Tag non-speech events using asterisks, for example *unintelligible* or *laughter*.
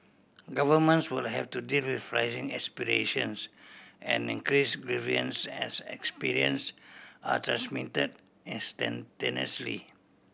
governments will have to deal with *unintelligible* aspirations and increase grievances as experience are transmit instantaneously